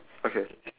okay